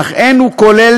"אך אין הוא כולל